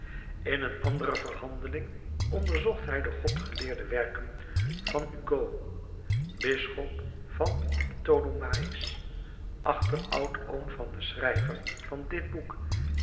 in een andere verhandeling onderzocht hij de godgeleerde werken van hugo bisschop van ptolomaïs achter oudoom van den schrijver van dit boek